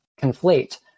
conflate